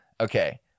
Okay